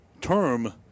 Term